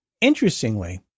interestingly